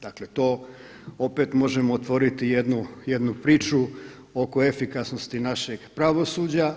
Dakle to opet možemo otvoriti jednu priču oko efikasnosti našeg pravosuđa.